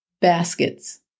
baskets